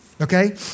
okay